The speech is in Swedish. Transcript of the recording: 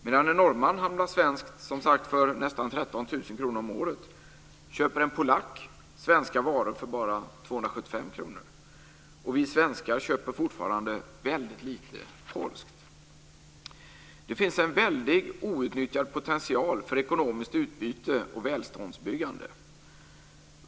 Medan en norrman handlar svenskt för som sagt nästan 13 000 kr om året, köper en polack svenska varor för bara 275 kr. Och vi svenskar köper fortfarande väldigt lite polskt. Det finns en väldig outnyttjad potential för ekonomiskt utbyte och välståndsbyggande.